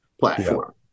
platform